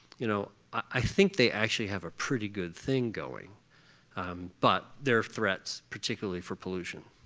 you know, i think they actually have a pretty good thing going but there are threats particularly for pollution.